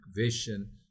vision